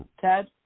Ted